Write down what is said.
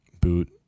boot